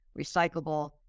recyclable